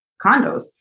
condos